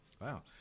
Wow